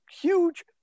huge